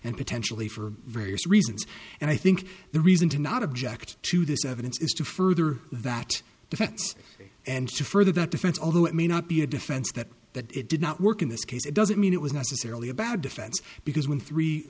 and potentially for various reasons and i think the reason to not object to this evidence is to further that defense and to further that defense although it may not be a defense that that it did not work in this case it doesn't mean it was necessarily a bad defense because when three